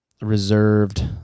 reserved